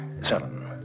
Seven